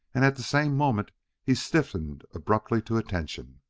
and at the same moment he stiffened abruptly to attention.